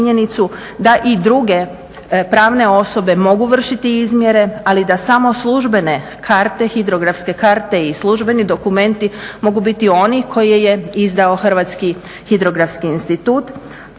da i druge pravne osobe mogu vršiti izmjere ali da samo službene karte, hidrografske karte i službeni dokumenti mogu biti oni koje je izdao Hrvatski hidrografski institut,